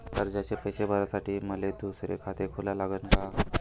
कर्जाचे पैसे भरासाठी मले दुसरे खाते खोला लागन का?